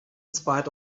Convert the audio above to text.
spite